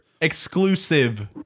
Exclusive